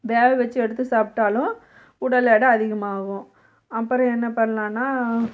வேகவச்சு எடுத்து சாப்பிட்டாலும் உடல் எடை அதிகமாகும் அப்புறம் என்ன பண்ணலான்னா